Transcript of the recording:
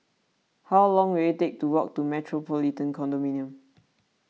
how long will it take to walk to the Metropolitan Condominium